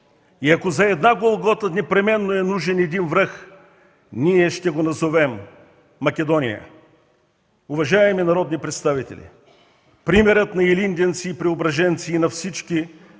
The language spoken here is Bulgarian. И ако за една Голгота, непременно е нужен един връх, ние ще го назовем: Македония”. Уважаеми народни представители, примерът на илинденци и преображенци, и на всички,